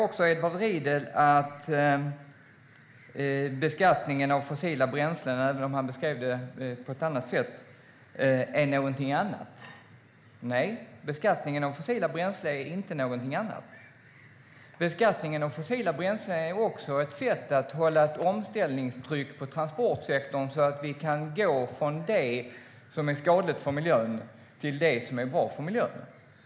Edward Riedl säger att beskattningen av fossila bränslen - även om han beskrev det på ett annat sätt - är någonting annat. Nej, beskattningen av fossila bränslen är inte någonting annat. Beskattningen av fossila bränslen är också ett sätt att hålla ett omställningstryck på transportsektorn så att vi kan gå från det som är skadligt för miljön till det som är bra för miljön.